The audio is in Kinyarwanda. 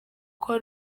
kuba